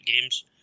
games